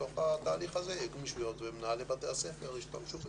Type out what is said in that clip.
בתוך התהליך הזה יהיו גמישויות ומנהלי בתי הספר ישתמשו בזה.